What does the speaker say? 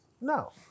No